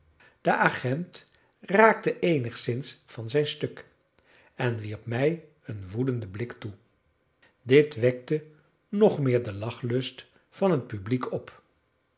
de agent raakte eenigszins van zijn stuk en wierp mij een woedenden blik toe dit wekte nog meer den lachlust van het publiek op